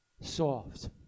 soft